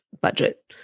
budget